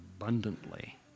abundantly